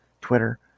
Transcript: Twitter